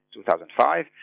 2005